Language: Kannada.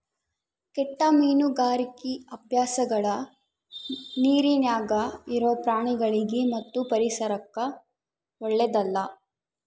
ಕೆಟ್ಟ ಮೀನುಗಾರಿಕಿ ಅಭ್ಯಾಸಗಳ ನೀರಿನ್ಯಾಗ ಇರೊ ಪ್ರಾಣಿಗಳಿಗಿ ಮತ್ತು ಪರಿಸರಕ್ಕ ಓಳ್ಳೆದಲ್ಲ